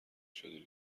شدی